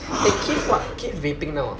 eh keith what keith vaping now ah